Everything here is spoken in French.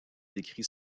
décrit